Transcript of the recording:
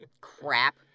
crap